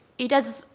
it has,